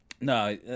no